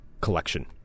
collection